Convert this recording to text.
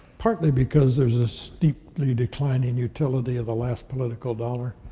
partly because there's a steeply declining utility of the last political dollar.